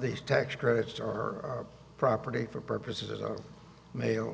these tax credits are property for purposes of ma